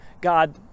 God